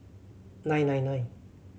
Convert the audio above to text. nine nine nine